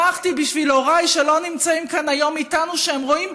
שמחתי בשביל הוריי שלא נמצאים כאן היום איתנו ורואים